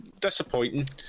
disappointing